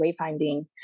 wayfinding